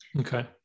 Okay